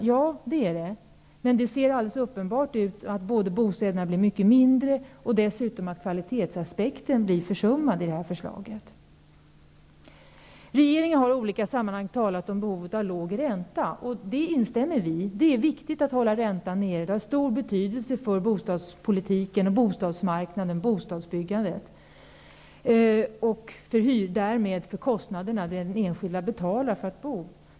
Ja, men genom det här förslaget är det uppenbart att bostäderna blir mycket mindre, samtidigt som kvalitetsaspekterna blir försummade. Regeringen har i olika sammanhang talat om nödvändigheten av låg ränta. Det instämmer vi i. Det är viktigt att hålla räntan nere, eftersom det har stor betydelse för bostadspolitiken, bostadsmarknaden och bostadsbyggandet och därmed för kostaderna som de enskilda betalar för att bo.